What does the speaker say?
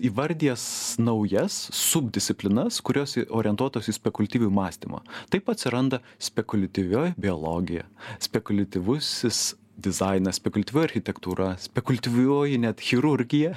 įvardijęs naujas subdisciplinas kurios orientuotos į spekuliatyvų mąstymą taip atsiranda spekuliatyvi biologija spekuliatyvusis dizainas spekuliatyvi architektūra spekuliatyvioji net chirurgija